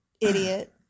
Idiot